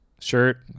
Shirt